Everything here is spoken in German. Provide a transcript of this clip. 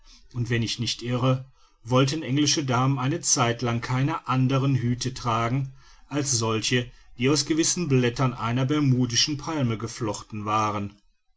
und wenn ich nicht irre wollten englische damen eine zeit lang keine anderen hüte tragen als solche die aus gewissen blättern einer bermudischen palme geflochten waren